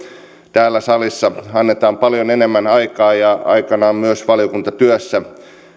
täällä salissa annetaan paljon enemmän aikaa ja aikanaan myös valiokuntatyössä